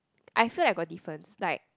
I feel like got different like